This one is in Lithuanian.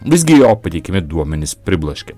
visgi jo pateikiami duomenys pribloškė